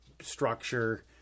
structure